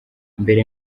mbere